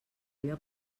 allò